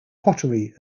pottery